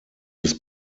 des